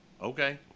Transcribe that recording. okay